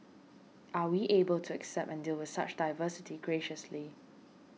are we able to accept and deal with such diversity graciously